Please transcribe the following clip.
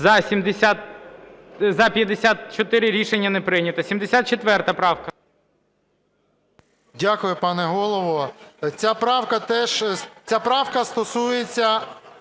За-54 Рішення не прийнято. 74 правка.